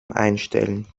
einstellen